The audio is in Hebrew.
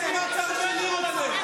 אבל אל תעשו את זה חד-צדדי,